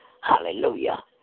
hallelujah